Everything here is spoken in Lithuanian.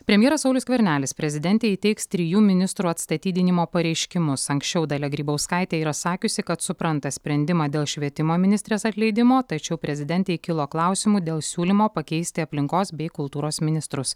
premjeras saulius skvernelis prezidentei įteiks trijų ministrų atstatydinimo pareiškimus anksčiau dalia grybauskaitė yra sakiusi kad supranta sprendimą dėl švietimo ministrės atleidimo tačiau prezidentei kilo klausimų dėl siūlymo pakeisti aplinkos bei kultūros ministrus